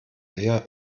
lea